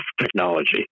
technology